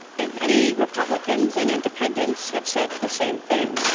and many republicans and independents have said the same thing.